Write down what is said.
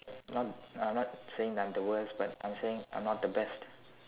not I'm not saying that I'm the worst but I'm saying I'm not the best